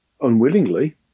unwillingly